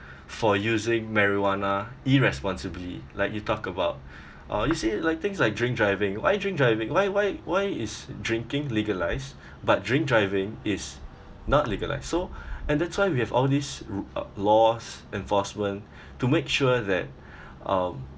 for using marijuana irresponsibly like you talk about uh you say like things like drink driving why drink driving why why why is drinking legalised but drink driving is not legalised so and that's why we have all these ru~ laws enforcement to make sure that um